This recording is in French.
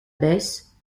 baisse